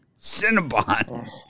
Cinnabon